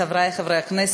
חברי חברי הכנסת,